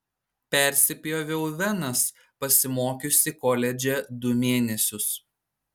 persipjoviau venas pasimokiusi koledže du mėnesius